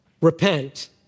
repent